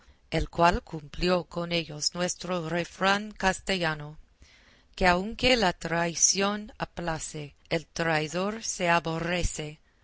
el cual cumplió con ellos nuestro refrán castellano que aunque la traición aplace el traidor se aborrece